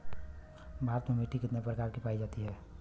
भारत में मिट्टी कितने प्रकार की पाई जाती हैं?